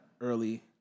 early